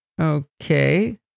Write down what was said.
Okay